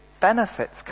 benefits